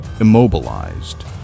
immobilized